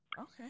Okay